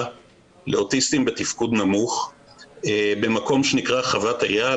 לאוטיסטים בתפקוד נמוך במקום שנקרא "חוות אייל",